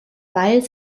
weil